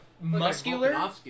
Muscular